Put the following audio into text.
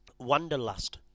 Wonderlust